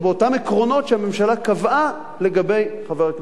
עקרונות שהממשלה קבעה לגבי חבר הכנסת כץ.